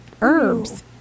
herbs